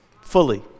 Fully